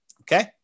Okay